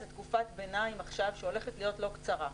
איזו תקופת ביניים עכשיו שהולכת להיות לא קצרה.